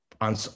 on